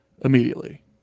immediately